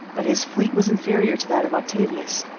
but his fleet was inferior to that of octavius,